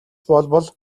болбол